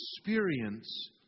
experience